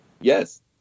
Yes